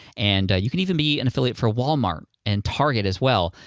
and you can even be an affiliate for walmart and target as well.